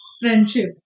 friendship